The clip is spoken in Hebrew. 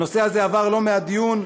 הנושא הזה עבר לא מעט דיונים,